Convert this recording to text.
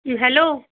hello